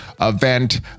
event